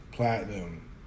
platinum